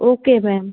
okay ma'am